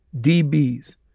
DBs